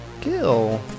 Kill